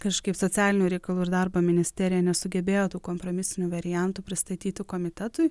kažkaip socialinių reikalų ir darbo ministerija nesugebėjo tų kompromisinių variantų pristatyti komitetui